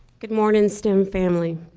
good morning stem family,